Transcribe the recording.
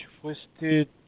twisted